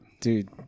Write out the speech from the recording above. Dude